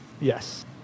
Yes